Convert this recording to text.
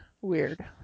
weird